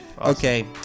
Okay